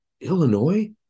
Illinois